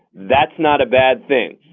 that's not a bad thing.